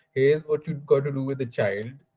here's what you've got to do with the child.